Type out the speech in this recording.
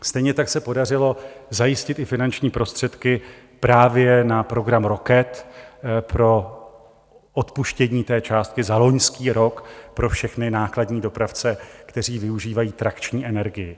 Stejně tak se podařilo zajistit i finanční prostředky právě na program Rocket pro odpuštění té částky za loňský rok pro všechny nákladní dopravce, kteří využívají trakční energii.